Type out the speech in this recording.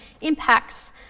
impacts